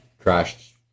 crashed